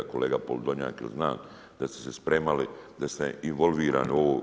Kolega Podolnjak znam da ste se spremali, da ste involvirani u ovo.